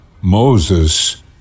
Moses